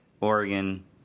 Oregon